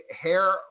hair